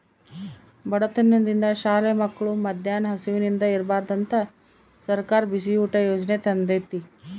ಬಡತನದಿಂದ ಶಾಲೆ ಮಕ್ಳು ಮದ್ಯಾನ ಹಸಿವಿಂದ ಇರ್ಬಾರ್ದಂತ ಸರ್ಕಾರ ಬಿಸಿಯೂಟ ಯಾಜನೆ ತಂದೇತಿ